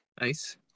Nice